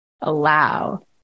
allow